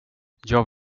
jag